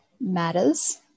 matters